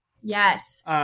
Yes